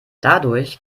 dadurch